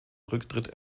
rücktritt